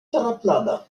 trapladder